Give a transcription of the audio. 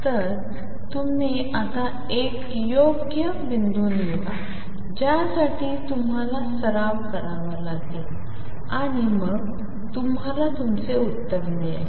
तर तुम्ही आता एक योग्य बिंदू निवडा ज्यासाठी तुम्हाला सराव करावा लागेल आणि मग तुम्हाला तुमचे उत्तर मिळेल